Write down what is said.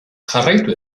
jarraitu